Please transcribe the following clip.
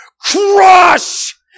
crush